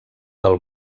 del